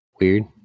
Weird